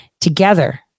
together